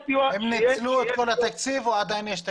הם ניצלו את כל התקציב או שעדיין יש תקציב?